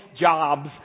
jobs